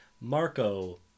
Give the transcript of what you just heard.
Marco